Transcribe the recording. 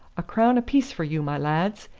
a crown apiece for you, my lads,